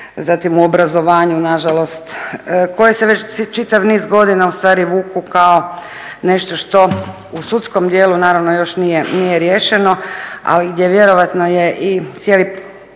MTČ, u obrazovanju nažalost, koje se već čitav niz godina ustvari vuku kao nešto što u sudskom dijelu naravno još nije riješeno, ali gdje vjerojatno je i cijeli proces